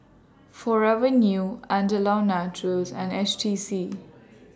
Forever New Andalou Naturals and H T C